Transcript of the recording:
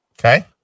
Okay